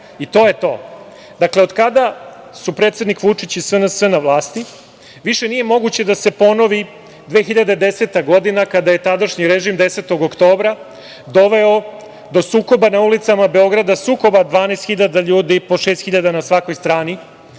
i to je to. Dakle, od kada su predsednik Vučić i SNS na vlasti više nije moguće da se ponovi 2010. godina kada je tadašnji režim 10. oktobra doveo do sukoba na ulicama Beograda, 12.000 ljudi, po 6.000 na svakoj strani